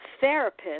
therapist